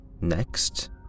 Next